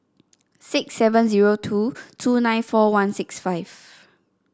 six seven zero two two nine four one six five